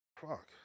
Fuck